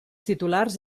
titulars